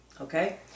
Okay